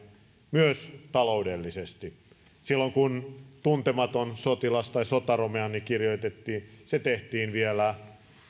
myös taloudellisesti silloin kun tuntematon sotilas tai sotaromaani kirjoitettiin se tehtiin vielä